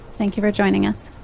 thank you for joining us.